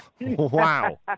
Wow